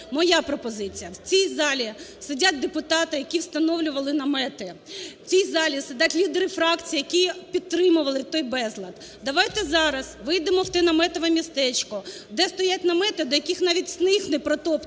моя пропозиція. В цій залі сидять депутати, які встановлювали намети, в цій залі сидять лідери фракцій, які підтримували той безлад. Давайте зараз вийдемо в те наметове містечко, де стоять намети, до яких навіть сніг непротоптаний,